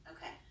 Okay